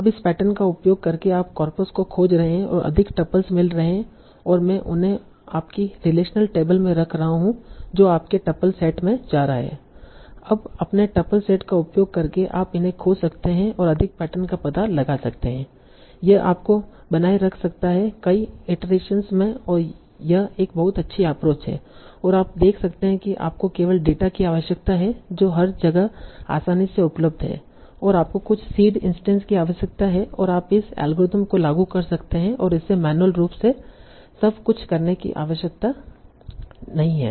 अब इस पैटर्न का उपयोग करके आप कॉर्पस को खोज रहे हैं और अधिक टपल्स मिल रहे हैं और मैं उन्हें आपकी रिलेशनल टेबल में रख रहा हूं और जो आपके टपल सेट में जा रहा है अब अपने टपल्स सेट का उपयोग करके आप इन्हें खोज सकते हैं और अधिक पैटर्न का पता लगा सकते हैं और यह आपको बनाए रख सकता है कई इटरेशन में और यह एक बहुत अच्छी एप्रोच है आप देख सकते हैं कि आपको केवल डेटा की आवश्यकता है जो हर जगह आसानी से उपलब्ध है और आपको कुछ सीड इंस्टैंस की आवश्यकता है और आप इस एल्गोरिथ्म को लागू कर सकते हैं और इसे मैन्युअल रूप से सब कुछ करने की आवश्यकता नहीं है